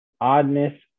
oddness